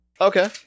Okay